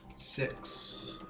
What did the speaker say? Six